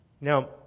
Now